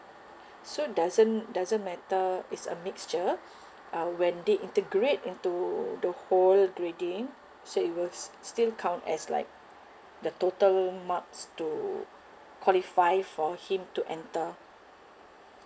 so doesn't doesn't matter it's a mixture uh when they integrate into the whole grading so it will s~ still count as like the total marks to qualify for him to enter